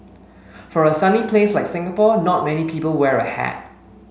for a sunny place like Singapore not many people wear a hat